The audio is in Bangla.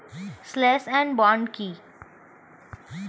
স্লাস এন্ড বার্ন কি?